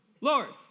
Lord